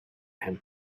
him